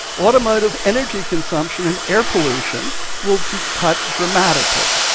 automotive energy consumption and air pollution will be cut dramatically.